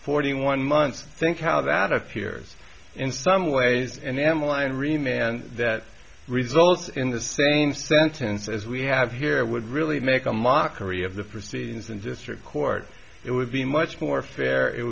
forty one months think how that appears in some ways and emmeline renae and that results in the same sentence as we have here would really make a mockery of the proceedings and district court it would be much more fair it